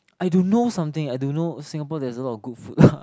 I do know something I do know Singapore there a lot of good food